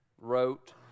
wrote